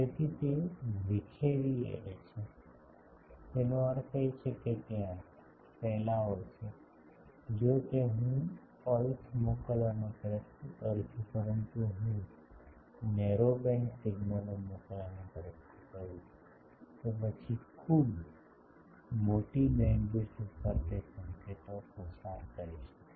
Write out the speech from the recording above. તેથી તે વિખેરી એરે છે તેનો અર્થ એ કે ત્યાં ફેલાવો છે જો તે જો હું પલ્સ મોકલવાનો પ્રયત્ન કરું છું પરંતુ જો હું નેરો બેન્ડ સિગ્નલો મોકલવાનો પ્રયત્ન કરું છું તો પછી ખૂબ મોટી બેન્ડવિડ્થ ઉપર તે સંકેતો પસાર કરી શકે છે